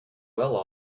well